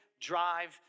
drive